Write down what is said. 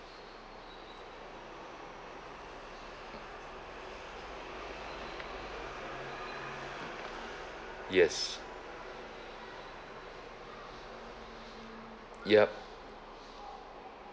yes yup